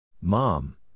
Mom